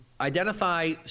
identify